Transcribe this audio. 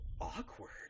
awkward